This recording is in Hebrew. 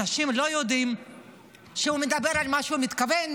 אנשים לא יודעים שהוא מדבר על מה שהוא מתכוון,